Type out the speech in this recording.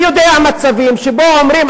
אני יודע על מצבים שבהם אומרים,